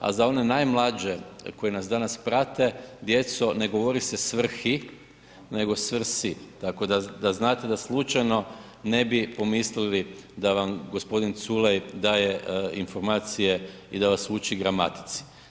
A za one najmlađe koji nas danas prate, djeco ne govori se svrhi nego svrsi, tako da znate da slučajno ne bi pomislili da vam gospodin Culej daje informacije i da vas uči gramatici.